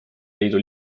liidu